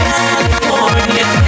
California